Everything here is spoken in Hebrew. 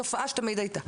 זו תופעה שתמיד הייתה.